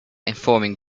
informing